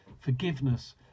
forgiveness